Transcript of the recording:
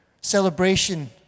celebration